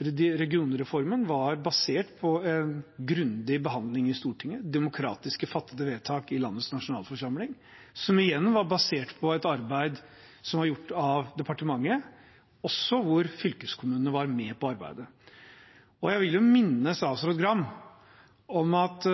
regionreformen var basert på en grundig behandling i Stortinget, demokratisk fattede vedtak i landets nasjonalforsamling, som igjen var basert på et arbeid som var gjort av departementet, hvor også fylkeskommunene var med på arbeidet. Jeg vil minne statsråd Gram om at